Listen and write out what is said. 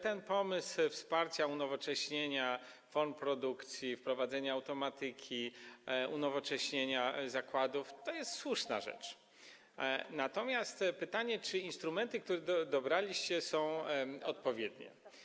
Ten pomysł dotyczący wsparcia, unowocześnienia form produkcji, wprowadzenia automatyki, unowocześnienia zakładów to jest słuszna rzecz, natomiast pytanie, czy instrumenty, które dobraliście, są odpowiednie.